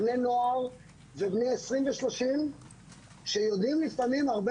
בני נוער ובני 20 ו-30 שיודעים לפעמים הרבה